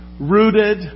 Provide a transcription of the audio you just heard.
rooted